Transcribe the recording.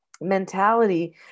mentality